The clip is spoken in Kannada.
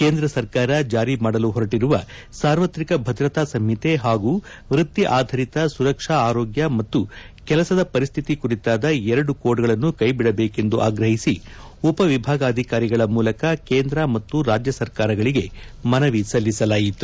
ಕೇಂದ್ರ ಸರ್ಕಾರ ಜಾರಿ ಮಾಡಲು ಹೊರಟಿರುವ ಸಾರ್ವತ್ರಿಕ ಭದ್ರತಾ ಸಂಹಿತೆ ಹಾಗೂ ವೃತ್ತಿ ಆಧಾರಿತ ಸುರಕ್ಷಾ ಆರೋಗ್ಯ ಮತ್ತು ಕೆಲಸದ ಪರಿಸ್ಥಿತಿ ಕುರಿತಾದ ಎರಡು ಕೋಡ್ಗಳನ್ನು ಕೈ ಬಿಡಬೇಕೆಂದು ಆಗ್ರಹಿಸಿ ಉಪವಿಭಾಗಾಧಿಕಾರಿಗಳ ಮೂಲಕ ಕೇಂದ್ರ ಮತ್ತು ರಾಜ್ಯ ಸರ್ಕಾರಗಳಿಗೆ ಮನವಿ ಸಲ್ಲಿಸಲಾಯಿತು